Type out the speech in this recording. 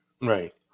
right